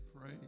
pray